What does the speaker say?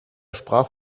sprach